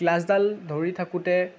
ক্লাচডাল ধৰি থাকোঁতে